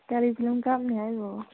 ꯀꯔꯤ ꯐꯤꯂꯝ ꯀꯥꯞꯅꯤ ꯍꯥꯏꯅꯣ